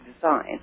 design